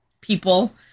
people